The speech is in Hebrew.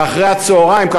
ואחרי-הצהריים,